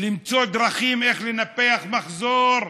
למצוא דרכים איך לנפח מחזור,